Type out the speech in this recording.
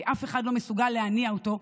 כי אף אחד לא מסוגל להניע אותו.